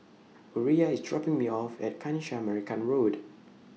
Uriah IS dropping Me off At Kanisha Marican Road